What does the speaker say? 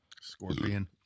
Scorpion